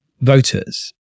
voters